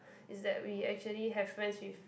is that we actually have friends with